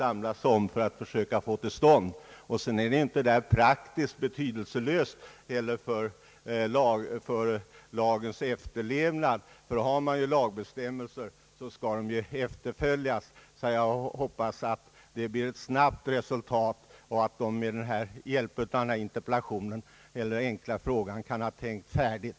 Rent praktiskt är det heller inte betydelselöst att dessa pengar betalas med tanke på lagens efterlevnad. Finns det lagbestämmelser så skall de också följas. Jag hoppas på ett snabbt resultat, och att man inom kommunikationsdepartementet med hjälp av denna min enkla fråga har tänkt färdigt.